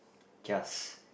just